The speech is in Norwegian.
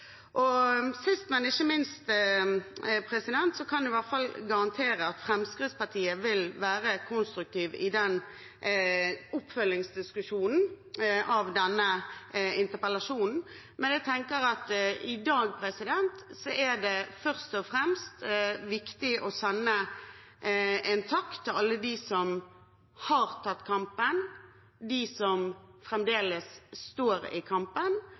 Sist, men ikke minst, kan jeg i hvert fall garantere at Fremskrittspartiet vil være konstruktive i oppfølgingsdiskusjonen av denne interpellasjonen. Men jeg tenker at i dag er det først og fremst viktig å sende en takk til alle dem som har tatt kampen, og de som fremdeles står i kampen.